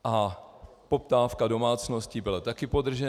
A poptávka domácností byla také podržená.